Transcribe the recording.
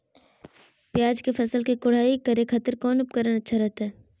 प्याज के फसल के कोढ़ाई करे खातिर कौन उपकरण अच्छा रहतय?